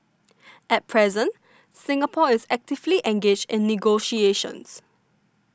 at present Singapore is actively engaged in negotiations